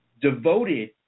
devoted